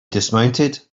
dismounted